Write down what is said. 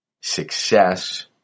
success